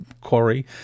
quarry